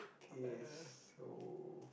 K so